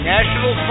National